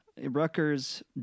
Rutgers